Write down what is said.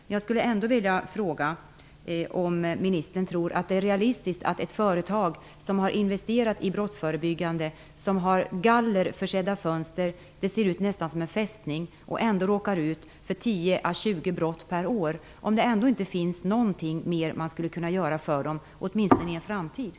Men ändå skulle jag vilja fråga: Tror ministern att det är realistiskt att man skulle kunna göra någonting mer för ett företag som investerat i brottsförebyggande åtgärder och som ändå råkar ut för tio till tjugo brott per år -- åtminstone i en framtid? Man har gallerförsedda fönster, och det ser nästan ut som en fästning.